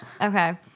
Okay